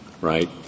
right